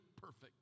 perfect